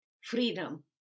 freedom